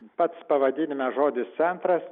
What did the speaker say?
pats pavadinime žodis centras